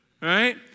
right